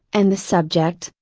and the subject,